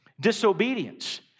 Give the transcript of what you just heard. Disobedience